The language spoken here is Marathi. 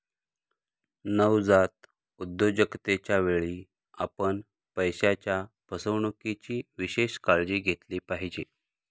नवजात उद्योजकतेच्या वेळी, आपण पैशाच्या फसवणुकीची विशेष काळजी घेतली पाहिजे